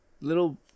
little